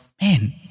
man